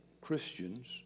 Christians